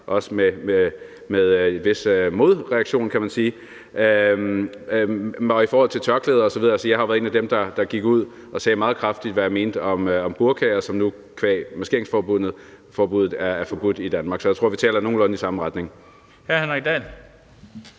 også fået en vis modreaktion, kan man sige. I forhold til tørklæder osv. har jeg jo været en af dem, der gik ud og meget kraftigt sagde, hvad jeg mente om burkaer, som nu qua maskeringsforbuddet er forbudt i Danmark. Så jeg tror, at vi taler nogenlunde i den samme retning. Kl. 13:13 Den